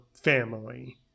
family